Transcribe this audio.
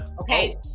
Okay